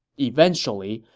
eventually,